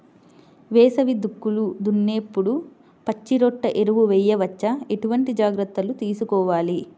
వేసవి దుక్కులు దున్నేప్పుడు పచ్చిరొట్ట ఎరువు వేయవచ్చా? ఎటువంటి జాగ్రత్తలు తీసుకోవాలి?